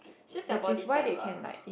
just their body type ah